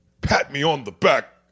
pat-me-on-the-back